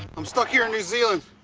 i'm stuck here in new zealand.